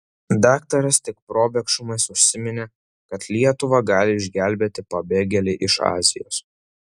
daktaras tik probėgšmais užsiminė kad lietuvą gali išgelbėti pabėgėliai iš azijos